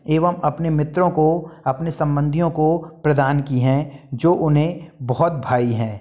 एवम अपने मित्रों को अपने सम्बंधियों को प्रदान की हैं जो उन्हें बहुत भाई हैं